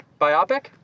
Biopic